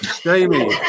Jamie